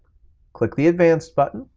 click the advanced button,